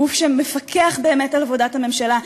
גוף שמפקח באמת על עבודת הממשלה,